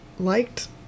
liked